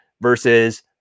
versus